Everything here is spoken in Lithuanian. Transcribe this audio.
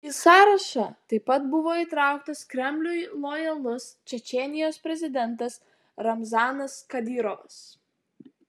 į sąrašą taip pat buvo įtrauktas kremliui lojalus čečėnijos prezidentas ramzanas kadyrovas